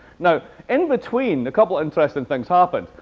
now, in between, a couple interesting things happened.